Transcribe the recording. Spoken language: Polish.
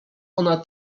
ona